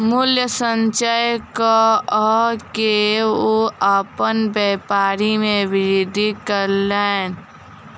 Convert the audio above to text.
मूल्य संचय कअ के ओ अपन व्यापार में वृद्धि कयलैन